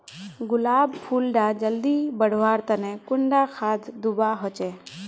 गुलाब फुल डा जल्दी बढ़वा तने कुंडा खाद दूवा होछै?